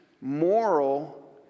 moral